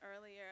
earlier